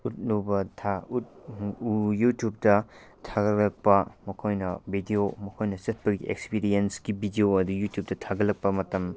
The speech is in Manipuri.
ꯌꯨꯇꯨꯞꯇ ꯊꯥꯒꯠꯂꯛꯄ ꯃꯈꯣꯏꯅ ꯚꯤꯗꯤꯑꯣ ꯃꯈꯣꯏꯅ ꯆꯠꯄꯒꯤ ꯑꯦꯛꯁꯄꯤꯔꯤꯌꯦꯟꯁꯀꯤ ꯚꯤꯗꯤꯑꯣ ꯑꯗꯨ ꯌꯨꯇ꯭ꯌꯨꯞꯇ ꯊꯥꯒꯠꯂꯛꯄ ꯃꯇꯝ